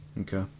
Okay